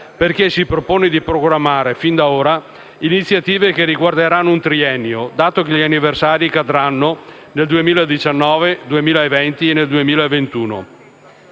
quale si propone di programmare, fin da ora, iniziative che riguarderanno un triennio, dato che gli anniversari cadranno nel 2019, nel 2020 e nel 2021.